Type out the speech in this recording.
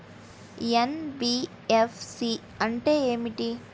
NBFC అంటే ఏమిటి?